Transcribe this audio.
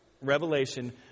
Revelation